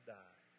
die